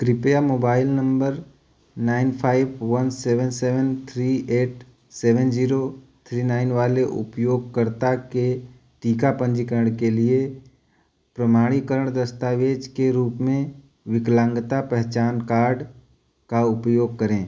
कृपया mobile number nine five one seven seven three eight seven zero three nine वाले उपयोगकर्ता के टीका पंजीकरण के लिए प्रमाणीकरण दस्तावेज के रूप में विकलांगता पहचान कार्ड का उपयोग करें